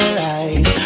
right